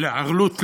לערלות לב.